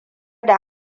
da